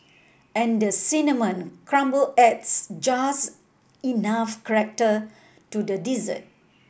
and the cinnamon crumble adds just enough character to the dessert